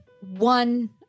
one